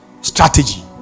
strategy